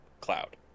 cloud